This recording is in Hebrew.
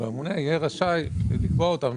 והממונה יהיה רשאי לקבוע אותן.